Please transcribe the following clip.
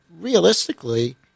realistically